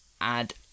add